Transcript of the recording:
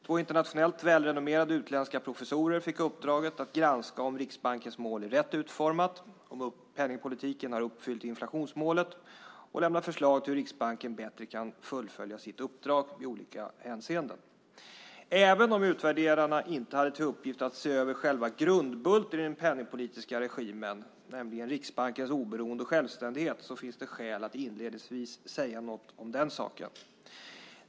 Två internationellt välrenommerade utländska professorer fick uppdraget att granska om Riksbankens mål är rätt utformat och om penningpolitiken uppfyllt inflationsmålet samt lämna förslag till att Riksbanken bättre kan fullfölja sitt uppdrag i olika hänseenden. Även om utvärderarna inte hade till uppgift att se över själva grundbulten i den penningpolitiska regimen, nämligen Riksbankens oberoende och självständighet, finns det skäl att inledningsvis säga något om den saken.